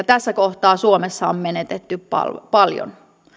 tässä kohtaa suomessa on menetetty paljon paljon